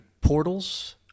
portals